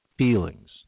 Feelings